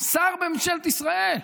שר בממשלת ישראל.